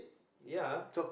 ya